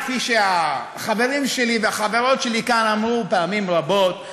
כפי שהחברים שלי והחברות שלי כאן אמרו פעמים רבות,